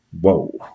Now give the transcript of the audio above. Whoa